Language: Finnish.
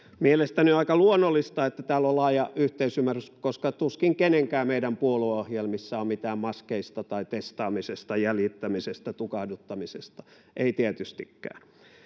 mielestäni on aika luonnollista että täällä on laaja yhteisymmärrys koska tuskin meistä kenenkään puolueohjelmissa on mitään maskeista tai testaamisesta jäljittämisestä tukahduttamisesta ei tietystikään